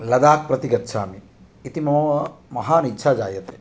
लदाख् प्रति गच्छामि इति मम महान् इच्छा जायते